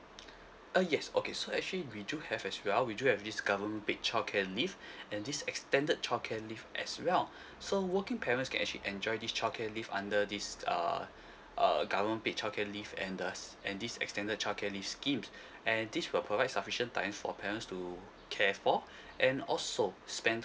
uh yes okay so actually we do have as well we do have this government paid childcare leave and this extended childcare leave as well so working parents can actually enjoy this childcare leave under this uh uh government paid childcare leave and there's and this extended childcare leave scheme and this will provide sufficient time for parents to care for and also spent